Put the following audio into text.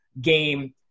game